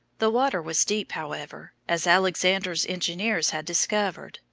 the water was deep, however, as alexander's engineers had discovered,